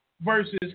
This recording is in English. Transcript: versus